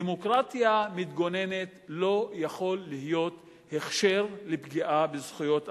דמוקרטיה מתגוננת לא יכולה להיות הכשר לפגיעה בזכויות אדם.